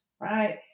right